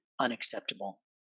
unacceptable